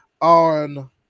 on